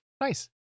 Nice